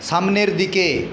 সামনের দিকে